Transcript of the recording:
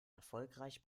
erfolgreich